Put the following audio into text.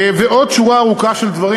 ואנחנו עושים עוד שורה ארוכה של דברים.